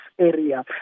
area